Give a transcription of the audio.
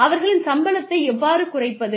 அவர்களின் சம்பளத்தை எவ்வாறு குறைப்பது